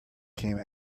came